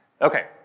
Okay